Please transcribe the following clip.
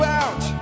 out